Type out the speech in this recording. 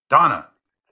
Donna